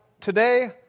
today